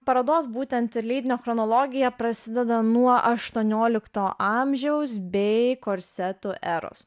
parodos būtent ir leidinio chronologija prasideda nuo aštuoniolikto amžiaus bei korsetų eros